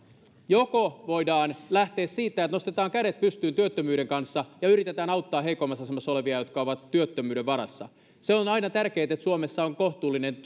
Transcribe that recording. joko voidaan lähteä siitä että nostetaan kädet pystyyn työttömyyden kanssa ja yritetään auttaa heikoimmassa asemassa olevia jotka ovat työttömyyden varassa on aina tärkeätä että suomessa on kohtuullinen